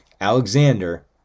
Alexander